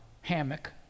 hammock